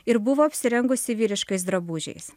ir buvo apsirengusi vyriškais drabužiais